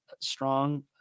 strong